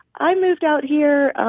i moved out here